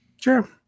Sure